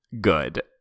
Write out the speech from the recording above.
good